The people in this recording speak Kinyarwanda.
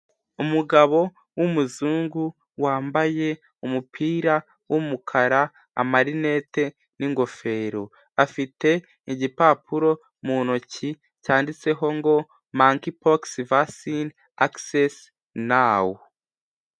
umugabo wumuzungu wambaye umupira wumukara amarinette ningofero afite igipapuro mu ntoki cyanditseho ngo mank pox vasin aceses naw